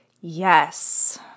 Yes